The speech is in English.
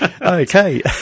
Okay